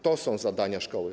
To są zadania szkoły.